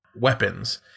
weapons